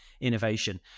Innovation